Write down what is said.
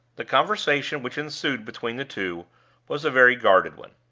the conversation which ensued between the two was a very guarded one.